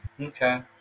Okay